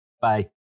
Bye